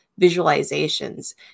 visualizations